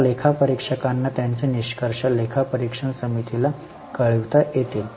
तर लेखा परीक्षकांना त्यांचे निष्कर्ष लेखापरीक्षण समितीला कळविता येतील